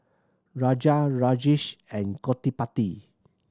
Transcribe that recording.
Raja Rajesh and Gottipati